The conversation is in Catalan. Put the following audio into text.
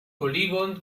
polígon